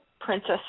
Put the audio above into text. Princess